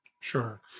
Sure